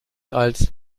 als